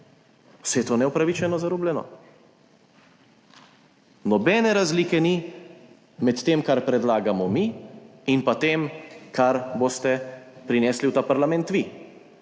Vse to je neupravičeno zarubljeno. Nobene razlike ni med tem, kar predlagamo mi, in pa tem, kar boste prinesli v ta parlament vi.